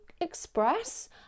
express